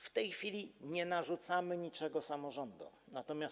W tej chwili nie narzucamy niczego samorządom.